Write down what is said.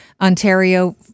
Ontario